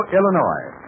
Illinois